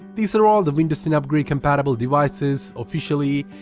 these are all the windows ten upgrade compatible devices officially,